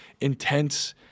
intense